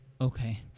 Okay